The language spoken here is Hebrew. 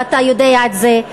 ואתה יודע את זה.